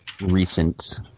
recent